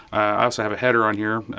i also have a header on here.